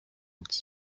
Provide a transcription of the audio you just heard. its